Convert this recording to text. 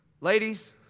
Ladies